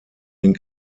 den